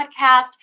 podcast